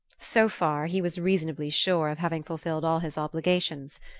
so far he was reasonably sure of having fulfilled all his obligations.